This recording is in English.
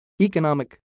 economic